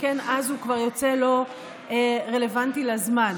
שכן אז הוא כבר יוצא לא רלוונטי לזמן.